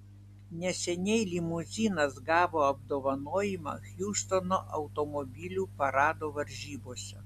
neseniai limuzinas gavo apdovanojimą hjustono automobilių parado varžybose